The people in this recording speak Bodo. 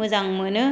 मोजां मोनो